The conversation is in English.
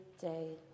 day